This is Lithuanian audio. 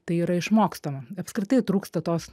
tai yra išmokstama apskritai trūksta tos